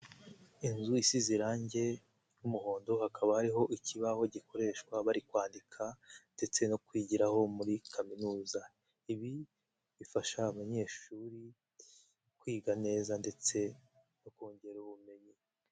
Inzu isize iranbye ry'umuhondo, hakaba hariho ikibaho gikoreshwa bari kwandika ndetse no kwigiraho muri kaminuza, ibi bifasha abanyeshuri kwiga neza ndetse no kongera ubumenyi.